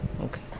Okay